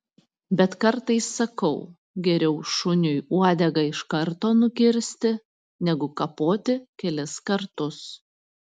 bet kartais sakau geriau šuniui uodegą iš karto nukirsti negu kapoti kelis kartus